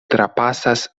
trapasas